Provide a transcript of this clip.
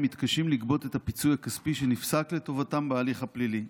מתקשים לגבות את הפיצוי הכספי שנפסק לטובתם בהליך הפלילי.